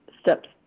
steps